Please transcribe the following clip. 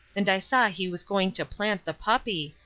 and i saw he was going to plant the puppy,